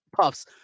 puffs